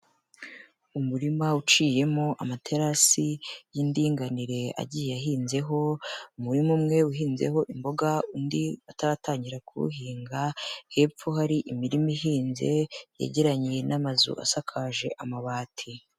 Umurima uciyemo amaterasi y'indinganire agiye ahinzeho, umurima umwe uhinzeho imboga undi bataratangira kuwuhinga, hepfo hari imirima ihinze yegeranye n'amazu asakaje amabati.